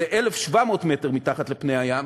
זה 1,700 מטר מתחת לפני הים.